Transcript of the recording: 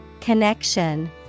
Connection